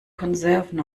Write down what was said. konserven